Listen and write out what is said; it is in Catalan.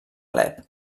alep